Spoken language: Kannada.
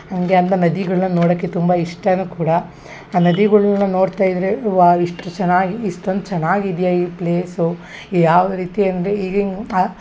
ನನಗೆ ಅಂಥ ನದಿಗಳನ್ನ ನೋಡಕ್ಕೆ ತುಂಬ ಇಷ್ಟವೂ ಕೂಡ ಆ ನದಿಗಳ್ನ ನೋಡ್ತಾ ಇದ್ದರೆ ವಾವ್ ಇಷ್ಟು ಚೆನ್ನಾಗಿ ಇಷ್ಟೊಂದು ಚೆನ್ನಾಗಿದ್ಯಾ ಈ ಪ್ಲೇಸು ಯಾವ ರೀತಿ ಅಂದರೆ ಈಗಿನ ಆ